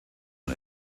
und